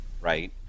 right